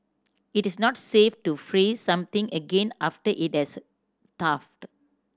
it is not safe to freeze something again after it has thawed